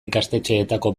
ikastetxeetako